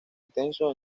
intenso